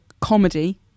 comedy